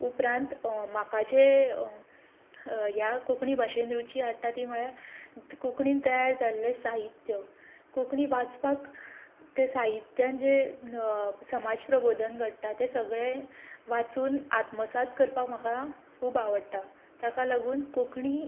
उपरांत म्हाका जें ह्या कोंकणी भाशेंत रुची हाडटा ती म्हळ्यार कोंकणीन तयार जाल्लें साहित्य कोंकणी वाचपाक तें साहित्यांत जें समाज प्रबोधन घडटा तें सगळें वाचून आत्मसात करपाक म्हाका खूब आवडटा ताका लागून कोंकणी